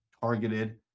targeted